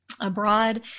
abroad